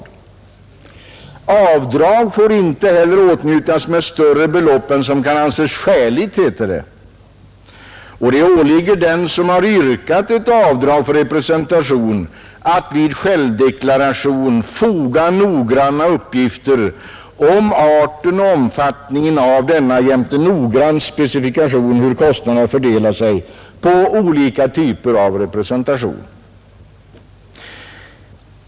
Det heter vidare att avdrag inte heller får åtnjutas med större belopp än som kan anses skäligt, och det åligger den som har yrkat ett avdrag för representation att till självdeklaration foga noggranna uppgifter om arten och omfattningen av den jämte ingående specifikation hur kostnaderna fördelar sig på olika typer av representation.